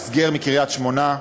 המסגר מקריית-שמונה.